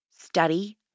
study